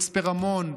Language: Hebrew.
מצפה רמון,